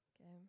Okay